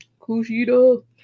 Kushida